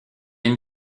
une